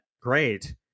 great